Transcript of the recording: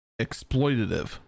exploitative